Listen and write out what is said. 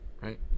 right